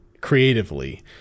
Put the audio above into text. creatively